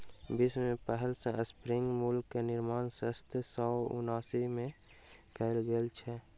विश्व में पहिल स्पिनिंग म्यूल के निर्माण सत्रह सौ उनासी में कयल गेल छल